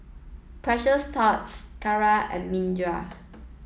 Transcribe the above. Precious Thots Kara and Mirinda